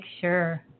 sure